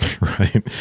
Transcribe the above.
right